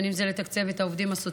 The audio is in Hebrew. בין אם זה לתקצב את העובדים הסוציאליים,